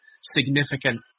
Significant